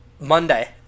Monday